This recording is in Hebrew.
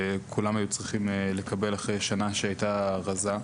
וכולם היו צריכים לקבל אחרי שנה שהיתה רזה.